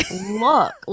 look